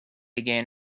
again